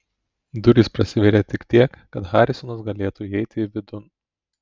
durys prasivėrė tik tiek kad harisonas galėtų įeiti vidun